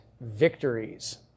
victories